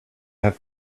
have